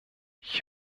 ich